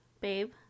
babe